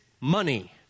money